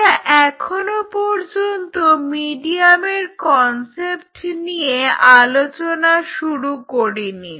আমরা এখনো পর্যন্ত মিডিয়ামের কনসেপ্ট নিয়ে আলোচনা শুরু করিনি